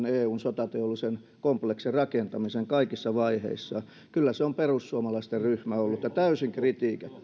eun sotateollisen kompleksin rakentamiseen kaikissa vaiheissa kyllä se on perussuomalaisten ryhmä ollut ja täysin kritiikittä